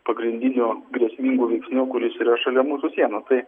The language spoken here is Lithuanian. pagrindiniu grėsmingu veiksniu kuris yra šalia mūsų sienų tai